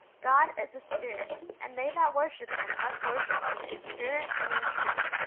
god is a spirit and they that worship him must worship him in spirit and in truth.